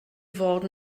fod